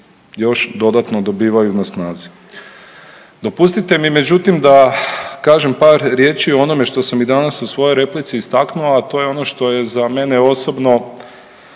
još dodatno dobivaju na snazi. Dopustite mi međutim da kažem par riječi o onome što sam i danas u svojoj replici istaknuo, a to je ono što je za mene osobno